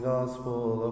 Gospel